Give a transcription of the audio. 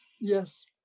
Yes